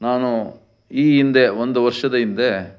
ನಾನು ಈ ಹಿಂದೆ ಒಂದು ವರ್ಷದ ಹಿಂದೆ